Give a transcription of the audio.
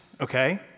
okay